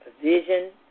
provision